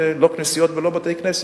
לא כנסיות ולא בתי-כנסת.